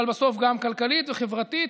אבל בסוף גם כלכלית וחברתית.